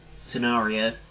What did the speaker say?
scenario